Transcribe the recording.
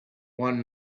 one